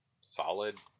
solid